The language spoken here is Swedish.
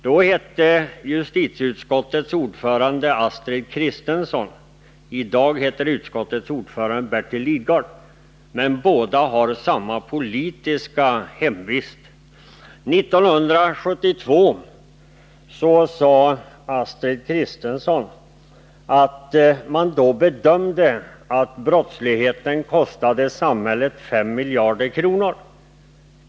Då hette justitieutskottets ordförande Astrid Kristensson, i dag heter utskottets ordförande Bertil Lidgard — men båda har samma politiska 123 hemvist. År 1972 sade Astrid Kristensson att man bedömde att brottsligheten kostade samhället 5 miljarder kronor.